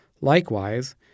Likewise